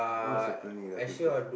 what's your planning in the future